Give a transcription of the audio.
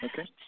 Okay